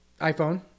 iPhone